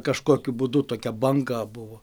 kažkokiu būdu tokia banga buvo